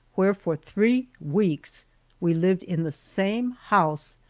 where for three weeks we lived in the same house,